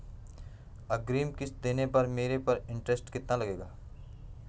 अग्रिम किश्त देने पर मेरे पर इंट्रेस्ट कितना लगेगा?